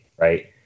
right